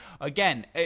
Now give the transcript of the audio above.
again—